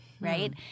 right